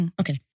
Okay